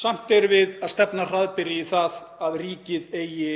Samt erum við að stefna hraðbyri í það að ríkið eigi